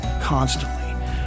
constantly